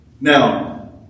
Now